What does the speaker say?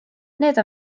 need